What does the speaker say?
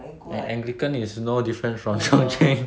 and anglican is no different from chung cheng